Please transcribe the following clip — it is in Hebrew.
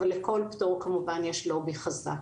אבל לכל פטור כמובן יש לובי חזק.